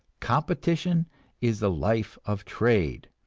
competition is the life of trade,